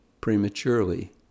prematurely